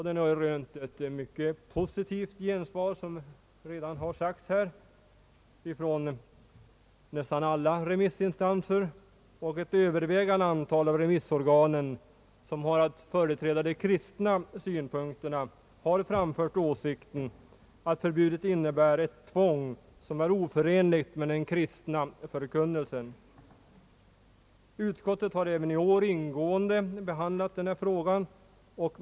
Den har rönt ett mycket positivt gensvar från nästan alla remissinstanser, vilket redan har nämnts här. Ett övervägande antal av de remissorgan som företräder de kristna synpunkterna har framfört åsikten att förbudet innebär ett tvång som är oförenligt med den kristna förkunnelsen. Utskottet har även i år ingående behandlat denna fråga.